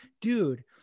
dude